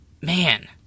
man